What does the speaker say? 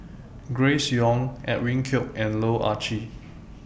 Grace Young Edwin Koek and Loh Ah Chee